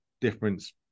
difference